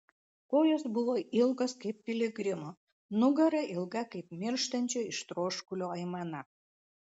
kojos buvo ilgos kaip piligrimo nugara ilga kaip mirštančio iš troškulio aimana